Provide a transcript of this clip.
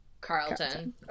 Carlton